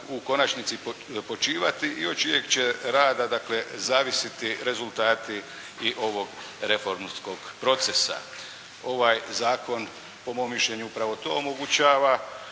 u konačnici počivati i od čijeg će rada dakle zavisiti rezultati i ovog reformskog procesa. Ovaj zakon po mom mišljenju upravo to omogućava